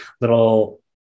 little